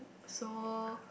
so